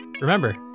remember